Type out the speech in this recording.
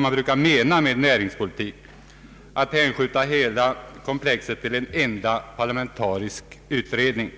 man vanligen menar med näringspolitik, att hänskjuta hela komplexet till en enda parlamentarisk utredning.